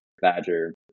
badger